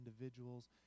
individuals